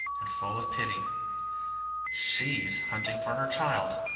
and full of pity she's hunting for her child!